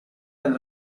nel